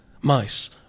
mice